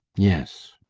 yes.